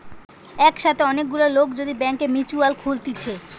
একসাথে অনেক গুলা লোক যদি ব্যাংকে মিউচুয়াল খুলতিছে